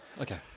Okay